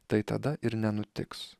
tai tada ir nenutiks